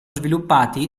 sviluppati